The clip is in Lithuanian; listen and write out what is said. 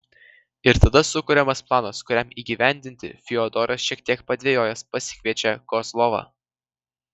ir tada sukuriamas planas kuriam įgyvendinti fiodoras šiek tiek padvejojęs pasikviečia kozlovą